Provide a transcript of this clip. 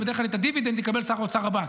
ובדרך כלל את הדיבידנד יקבל שר האוצר הבא.